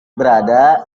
berada